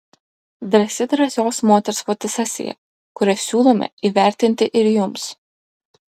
drąsi drąsios moters fotosesija kurią siūlome įvertinti ir jums